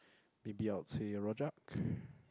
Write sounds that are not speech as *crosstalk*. maybe I would say rojak *breath*